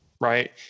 Right